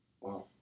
wow